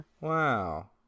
wow